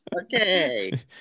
Okay